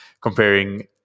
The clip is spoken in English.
comparing